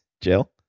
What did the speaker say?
Jill